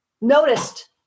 noticed